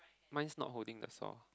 mine's not holding the saw